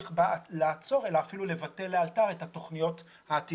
להמשיך לעצור אלא אפילו לבטל לאלתר את התוכניות העתידיות.